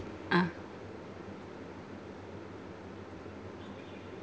uh